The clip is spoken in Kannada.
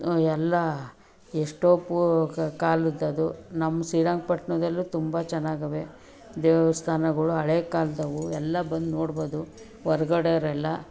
ಎಲ್ಲ ಎಷ್ಟೋ ಪು ಕಾಲದ್ದದು ನಮ್ಮ ಶ್ರೀರಂಗಪಟ್ಣದಲ್ಲೂ ತುಂಬ ಚೆನ್ನಾಗಿವೆ ದೇವಸ್ಥಾನಗಳು ಹಳೆ ಕಾಲದವು ಎಲ್ಲ ಬಂದು ನೋಡ್ಬೋದು ಹೊರಗಡೆಯವ್ರೆಲ್ಲ